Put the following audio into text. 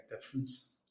difference